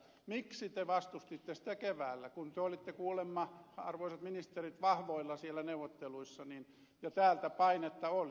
miksi te vastustitte sitä keväällä kun te olitte kuulema arvoisat ministerit vahvoilla siellä neuvotteluissa ja täältä painetta oli